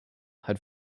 had